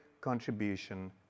contribution